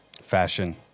Fashion